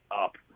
up